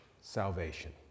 Salvation